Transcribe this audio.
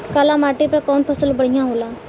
काली माटी पर कउन फसल बढ़िया होला?